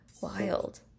Wild